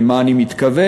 למה אני מתכוון,